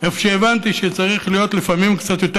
איפה שהבנתי שצריך להיות לפעמים קצת יותר